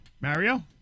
Mario